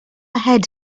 had